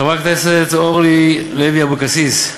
חברת הכנסת אורלי לוי אבקסיס,